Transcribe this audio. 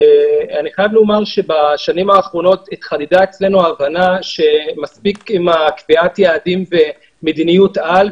חושב שהעבודה הרצינית שצריך לעשות בשנה הקרובה כמו בשנה שעברה,